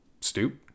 stoop